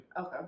Okay